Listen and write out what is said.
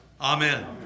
amen